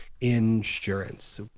insurance